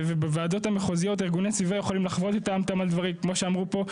בוועדות המחוזיות ארגוני הסביבה יכולים לחוות את דעתם כמו שאמרו פה.